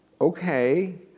Okay